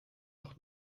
auch